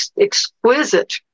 exquisite